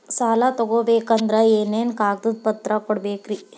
ಸಾಲ ತೊಗೋಬೇಕಂದ್ರ ಏನೇನ್ ಕಾಗದಪತ್ರ ಕೊಡಬೇಕ್ರಿ?